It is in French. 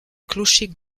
clocher